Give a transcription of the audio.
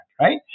right